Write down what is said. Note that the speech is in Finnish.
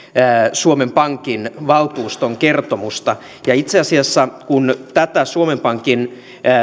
suomen pankin valtuuston kertomusta itse asiassa kun tätä suomen pankin